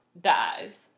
dies